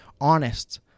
honest